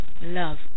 love